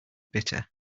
bitter